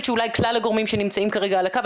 שאולי כלל הגורמים שנמצאים כרגע על הקו,